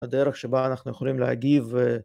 הדרך שבה אנחנו יכולים להגיב...